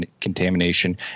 contamination